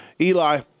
Eli